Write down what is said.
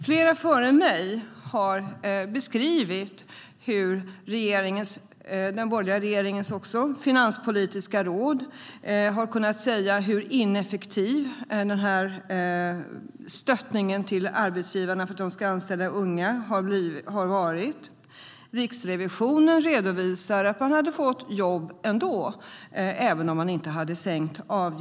Flera före mig här har beskrivit att den borgerliga regeringens finanspolitiska råd har sagt hur ineffektiv stöttningen till arbetsgivarna för att man ska anställa unga har varit. Riksrevisionen redovisar att dessa ungdomar hade fått jobb ändå, även om avgifterna inte hade sänkts.